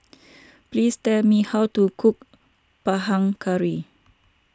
please tell me how to cook Panang Curry